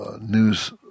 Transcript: news